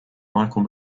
michael